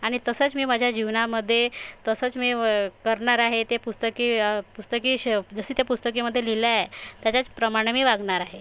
आणि तसंच मी माझ्या जीवनामध्ये तसंच मी करणार आहे ते पुस्तकी पुस्तकी श जशी त्या पुस्तकामध्ये लिहिलं आहे त्याच्याचप्रमाणे मी वागणार आहे